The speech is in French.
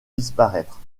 disparaître